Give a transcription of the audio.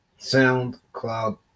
SoundCloud